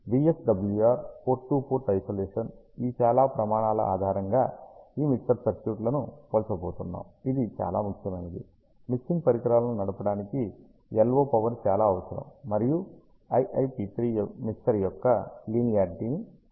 VSWR port to port isolation ఈ చాలా ప్రమాణాల ఆధారంగా ఈ మిక్సర్ సర్క్యూట్ లను పోల్చబోతున్నాం ఇది చాలా ముఖ్యమైనది మిక్సింగ్ పరికరాలను నడపడానికి LO పవర్ చాలా అవసరం మరియు IIP3 మిక్సర్ యొక్క లీనియారిటీ ని సూచిస్తుంది